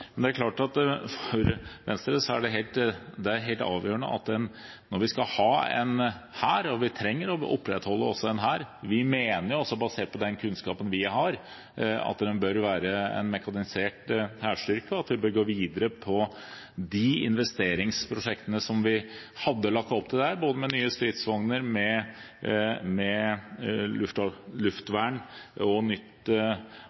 men om det er et uavhengig fagmilitært råd, eller om det er mer en løypemelding som man uansett hadde tenkt å legge fram, uavhengig av hva Stortinget skulle mene, må vi se på mandag. Det er klart at for Venstre er det helt avgjørende at vi skal ha en hær, og vi trenger å opprettholde en hær. Vi mener også, basert på den kunnskapen vi har, at det bør være en mekanisert hærstyrke, og at vi bør gå videre med de